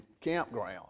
campground